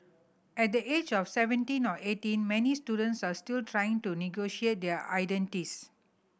at the age of seventeen or eighteen many students are still trying to negotiate their identities